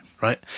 right